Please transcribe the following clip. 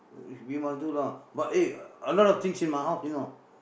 we must do lah but eh a lot of things in my house you know